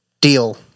Deal